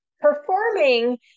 performing